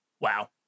Wow